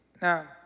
Now